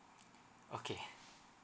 okay